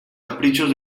caprichos